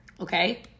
Okay